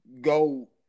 go